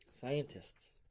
Scientists